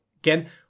again